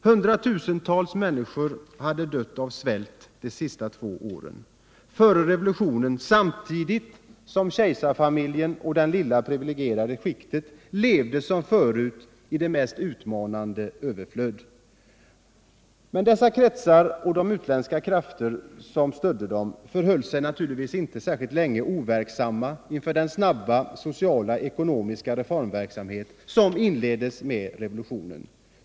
Hundratusentals människor hade dött av svält de sista två åren före revolutionen, samtidigt som kejsarfamiljen och det lilla privilegierade skiktet levde som förut i det mest utmanande överflöd. Men dessa kretsar och de utländska krafter som stödde dem förhöll sig naturligtvis inte länge overksamma inför den snabba sociala och ekonomiska reformverksamhet som inleddes med revolutionen.